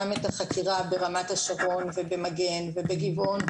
את החקירה ברמת השרון ובמגן ובגבעון,